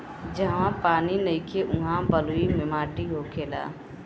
जहवा पानी नइखे उहा बलुई माटी होखेला